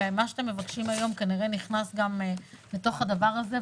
ומה שאתם מבקשים היום כנראה נכנס גם לתוך הדבר הזה,